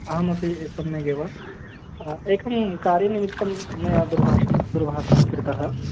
अहमपि सम्यगेव एकं कार्यनिमित्तं मया दूरभाषा दूरभाषा कृता